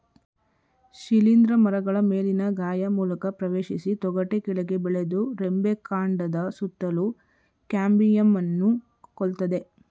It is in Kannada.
ಶಿಲೀಂಧ್ರ ಮರಗಳ ಮೇಲಿನ ಗಾಯ ಮೂಲಕ ಪ್ರವೇಶಿಸಿ ತೊಗಟೆ ಕೆಳಗೆ ಬೆಳೆದು ರೆಂಬೆ ಕಾಂಡದ ಸುತ್ತಲೂ ಕ್ಯಾಂಬಿಯಂನ್ನು ಕೊಲ್ತದೆ